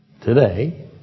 today